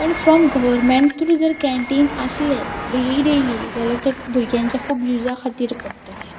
पूण from government through जर canteen आसलें डेली डेली जाल्यार त्या भुरग्यांच्या खूब युझा खातीर पडटलें